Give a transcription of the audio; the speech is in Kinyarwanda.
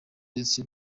ndetse